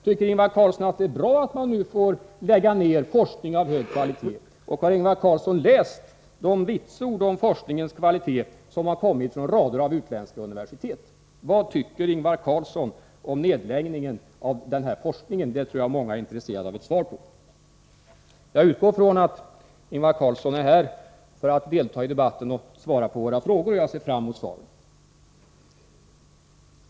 Tycker Ingvar Carlsson att det är bra att man nu får lägga ner forskning av hög kvalitet? Och har Ingvar Carlsson läst de vitsord om forskningens kvalitet som har kommit från rader av utländska universitet? Vad tycker Ingvar Carlsson om nedläggningen av den här forskningen? Det tror jag att många är intresserade av ett svar på. Jag utgår ifrån att Ingvar Carlsson är här för att delta i debatten och svara på våra frågor. Jag ser fram mot svaret.